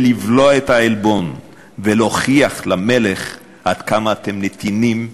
לבלוע את העלבון ולהוכיח למלך עד כמה אתם נתינים אמינים,